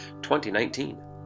2019